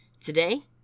Today